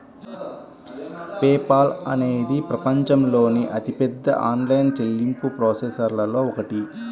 pay Paul అనేది ప్రపంచంలోని అతిపెద్ద ఆన్లైన్ చెల్లింపు ప్రాసెసర్లలో ఒకటి